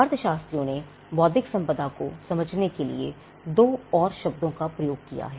अर्थशास्त्रियों ने बौद्धिक संपदा को समझने के लिए दो और शब्दों का प्रयोग किया है